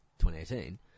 2018